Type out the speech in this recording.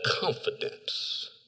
confidence